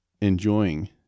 enjoying